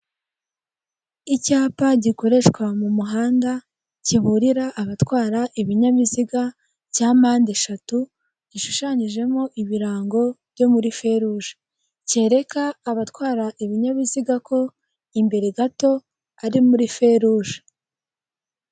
icyapa gikoreshwa m'umuhanda kiburira abatwara ibinyabiziga cya mande eshatu gishushanyijemo ibirango byo muri feruje, cyereka abatwara ibinyabiziga ko imbere gato ari muri feruje.